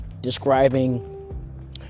describing